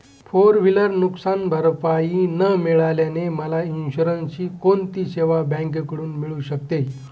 Four wheeler नुकसानभरपाई न मिळाल्याने मला इन्शुरन्सची कोणती सेवा बँकेकडून मिळू शकते?